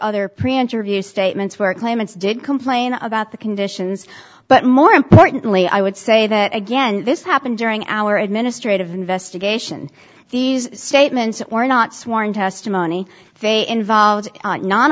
other preinterview statements where claimants did complain about the conditions but more importantly i would say that again this happened during our administrative investigation these statements or not sworn testimony faye involved